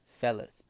fellas